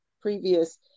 previous